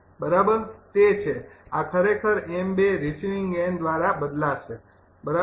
તે છે આ ખરેખર 𝑚૨ રિસીવિંગ એન્ડ દ્વારા બદલાશે બરાબર